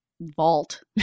vault